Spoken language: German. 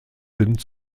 sind